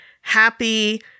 happy